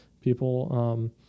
people